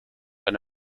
eine